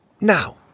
Now